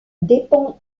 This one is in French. dépend